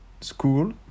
school